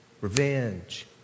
Revenge